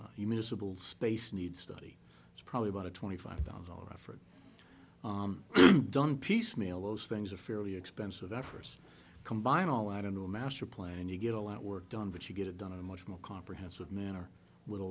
use you miserable space needs study it's probably about a twenty five thousand dollars for it done piecemeal those things are fairly expensive duffers combine all out into a master plan and you get a lot of work done but you get it done in a much more comprehensive manner with a